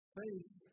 faith